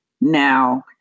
now